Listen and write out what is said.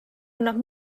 annab